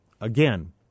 Again